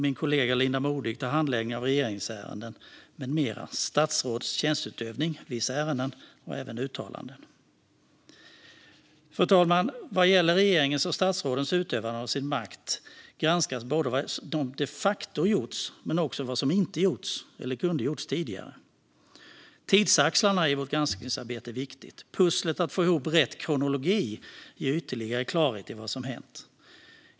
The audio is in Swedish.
Min kollega Linda Modig Handläggning av regeringsärenden m.m., Statsråds tjänsteutövning: vissa ärenden och även Statsråds tjänsteutövning: uttalanden. Fru talman! Vad gäller regeringens och statsrådens utövande av sin makt granskas vad som de facto har gjorts men också vad som inte har gjorts eller som kunde ha gjorts tidigare. Tidsaxlarna är viktiga i vårt granskningsarbete. Pusslet med att få ihop rätt kronologi ger ytterligare klarhet i vad som har hänt.